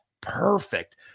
perfect